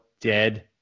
dead